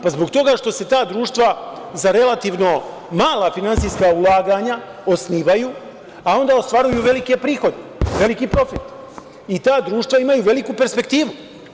Pa, zbog toga što se ta društva, za relativno mala finansijska ulaganja, osnivaju, a onda ostvaruju velike prihode, veliki profit i ta društva imaju veliku perspektivu.